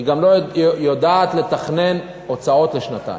היא גם לא יודעת לתכנן הוצאות לשנתיים.